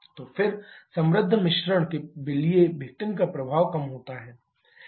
तो फिर समृद्ध मिश्रण के लिए विघटन का प्रभाव कम होता है